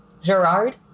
Gerard